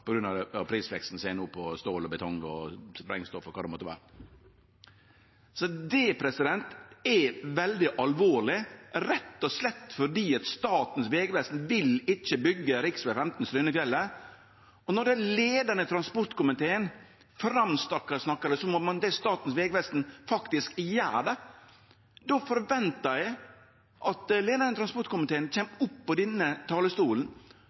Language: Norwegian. på stål og betong og sprengstoff og kva det måtte vere. Det er veldig alvorleg, rett og slett fordi Statens vegvesen ikkje vil byggje rv. 15 Strynefjellet. Når leiaren i transportkomiteen framsnakkar det som om Statens vegvesen faktisk gjer det, forventar eg at leiaren i transportkomiteen kjem opp på denne